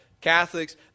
Catholics